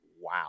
wow